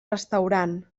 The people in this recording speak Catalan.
restaurant